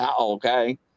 okay